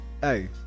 hey